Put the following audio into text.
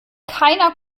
keiner